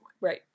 Right